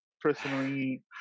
personally